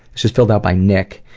this is filled out by nick,